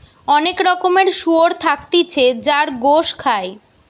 অনেক রকমের শুয়োর থাকতিছে যার গোস খায়